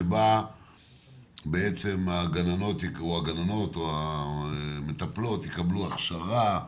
שבה הגננות או המטפלות יקבלו הכשרה.